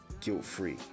guilt-free